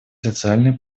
социальные